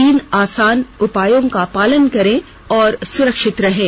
तीन आसान उपायों का पालन करें और सुरक्षित रहें